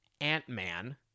Ant-Man